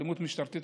האלימות המשטרתית,